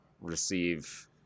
receive